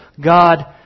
God